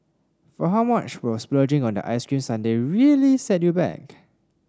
for how much will splurging on that ice cream sundae really set you back